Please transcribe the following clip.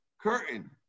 curtain